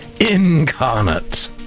incarnate